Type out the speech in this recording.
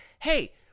hey